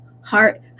heart